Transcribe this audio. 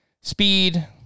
speed